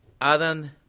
Adam